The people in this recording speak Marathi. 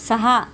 सहा